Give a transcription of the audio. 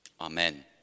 Amen